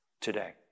today